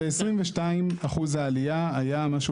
ב-2022, אחוז העלייה היה משהו